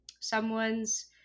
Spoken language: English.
someone's